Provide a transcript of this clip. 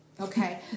Okay